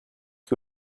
que